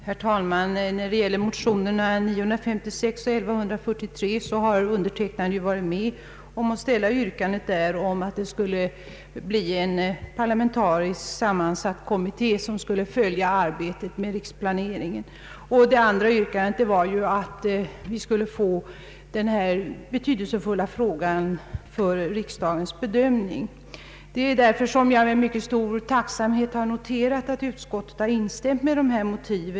Herr talman! I motionerna I: 956 och II: 1143 har jag varit med om att yrka på att en parlamentariskt sammansatt kommitté tillsätts för att följa upp arbetet med den fysiska riksplaneringen samt att denna betydelsefulla plan föreläggs riksdagen för godkännande. Jag har därför med mycket stor tacksamhet noterat, att utskottet anslutit sig till motionernas motiv.